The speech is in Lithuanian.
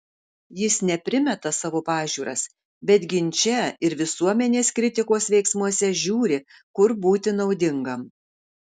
jis ne primeta savo pažiūras bet ginče ir visuomenės kritikos veiksmuose žiūri kur būti naudingam